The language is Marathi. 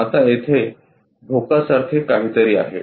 आता येथे भोकासारखे काहीतरी आहे